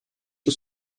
что